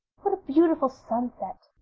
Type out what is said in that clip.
beautiful sunset,